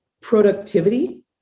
productivity